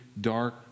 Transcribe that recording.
dark